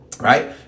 Right